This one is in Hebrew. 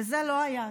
זה לא היה,